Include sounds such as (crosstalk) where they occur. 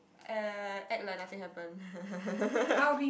er act like nothing happened (laughs)